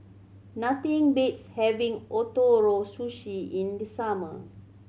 nothing beats having Ootoro Sushi in the summer